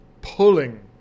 pulling